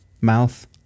mouth